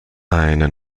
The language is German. eine